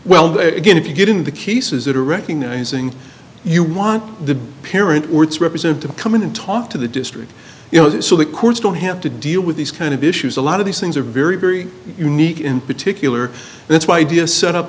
well again if you get in the cases that are recognizing you want the parent words represent to come in and talk to the district you know so the courts don't have to deal with these kind of issues a lot of these things are very very unique in particular that's why do a set up